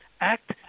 act